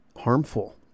harmful